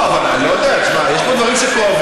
אני לא יודע, שמע, יש פה דברים שכואבים.